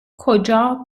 کجا